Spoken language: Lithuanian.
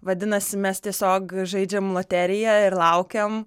vadinasi mes tiesiog žaidžiam loteriją ir laukiam